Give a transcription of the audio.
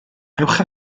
ewch